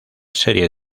serie